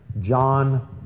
John